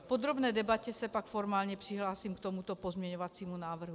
V podrobné debatě se pak formálně přihlásím k tomuto pozměňovacímu návrhu.